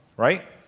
right?